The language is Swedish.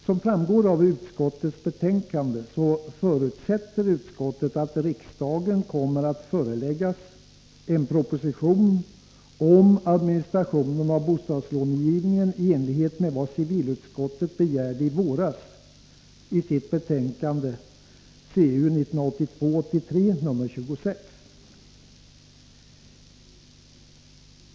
Som framgår av utskottets betänkande förutsätter utskottet att riksdagen kommer att föreläggas en proposition om administrationen av bostadslångivningen i enlighet med vad civilutskottet begärde i våras i sitt betänkande CU 1982/83:26.